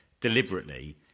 deliberately